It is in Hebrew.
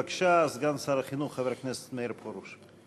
בבקשה, סגן שר החינוך חבר הכנסת מאיר פרוש.